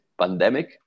pandemic